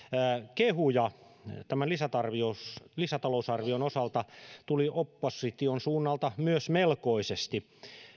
kehuja tämän lisätalousarvion osalta tuli opposition suunnalta myös melkoisesti